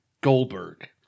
Goldberg